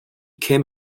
came